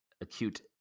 acute